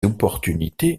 opportunités